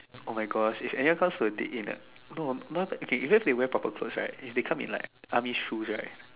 [oh]-my-gosh if anyone comes to a date in a no no okay even if they wear proper clothes right if they come in like army shoes right